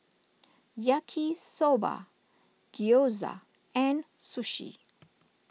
Yaki Soba Gyoza and Sushi